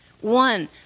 One